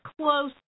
close